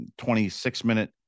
26-minute –